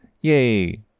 Yay